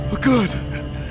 Good